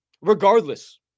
Regardless